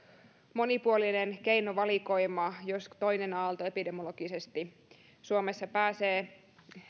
monipuolinen keinovalikoima jos toinen aalto epidemiologisesti suomessa pääsee